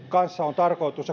kanssa on tarkoitus